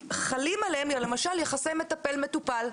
חלים עליהם למשל יחסי מטפל מטופל.